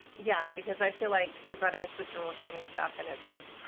yeah, because i feel like your brother and sister will show me stuff, and it's just.